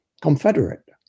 confederate